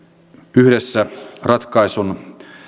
yhdessä ratkaisun